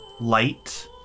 light